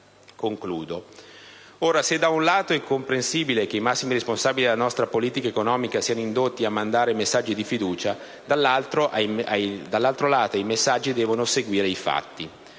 cento). Ora, se da un lato è comprensibile che i massimi responsabili della nostra politica economica siano indotti a mandare messaggi di fiducia, dall'altro lato ai messaggi devono seguire i fatti.